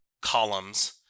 columns